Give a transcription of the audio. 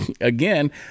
again